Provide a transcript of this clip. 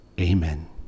Amen